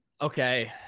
Okay